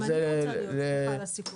גם אני רוצה להיות שותפה לסיכום,